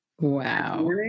Wow